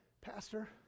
Pastor